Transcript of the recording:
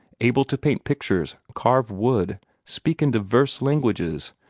able to paint pictures, carve wood, speak in divers languages,